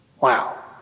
Wow